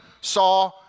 saw